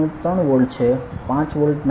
3 volt છે 5 volt નહીં